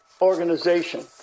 organization